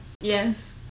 yes